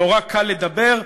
נורא קל לדבר.